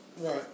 Right